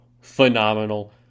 phenomenal